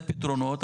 פתרונות.